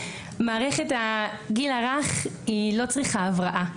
מערכת הגיל הרך היא לא צריכה הבראה,